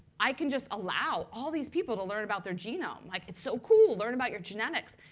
i can just allow all these people to learn about their genome. like it's so cool. learn about your genetics.